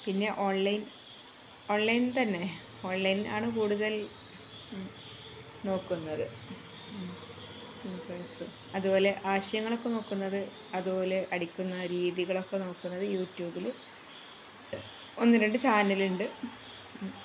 പിന്നെ online online തന്നെ online ആണ് കൂടുതൽ നോക്കുന്നത് അതുപോലെ ആശയങ്ങളൊക്കെ നോക്കുന്നത് അതുപോലെ അടിക്കുന്ന രീതികളൊക്കെ നോക്കുന്നത് യൂ ട്യൂബില് ഒന്നു രണ്ട് ചാനലുണ്ട്